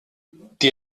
die